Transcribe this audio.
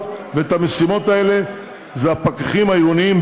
ואת המשימות האלה הם הפקחים העירוניים.